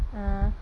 ah